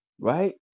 right